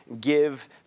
give